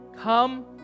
come